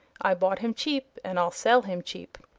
i bought him cheap, and i'll sell him cheap.